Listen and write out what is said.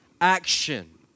action